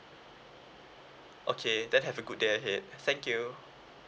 okay then have a good day ahead thank you